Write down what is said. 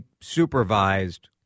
supervised